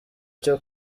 cyo